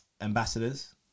ambassadors